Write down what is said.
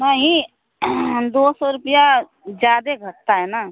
नहीं दो सौ रुपिया ज़्यादा घटता है ना